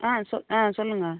ஆ சொ ஆ சொல்லுங்கள்